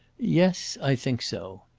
yes, i think so.